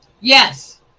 yes